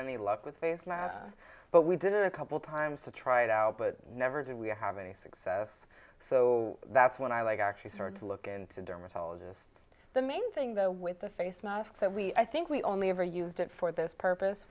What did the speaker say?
any luck with face mask but we did a couple times to try it out but never did we have any success so that's when i like actually start to look into dermatologist the main thing though with the face mask so we i think we only ever used it for this purpose